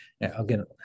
Again